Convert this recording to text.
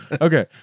Okay